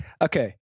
Okay